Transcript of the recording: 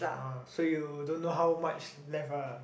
uh so you don't know how much left ah